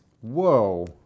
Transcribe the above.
Whoa